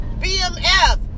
BMF